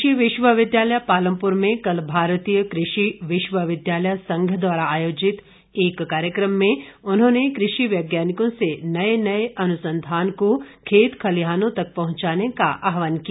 कृषि विश्वविद्यालय पालमपुर में कल भारतीय कृषि विश्वविद्यालय संघ द्वारा आयोजित एक कार्यक्रम में उन्होंने कृषि वैज्ञानिकों से नए नए अनुसंधान को खेत खलिहानों तक पहुंचाने का आह्वान किया